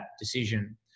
decision